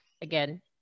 again